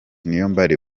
niyombare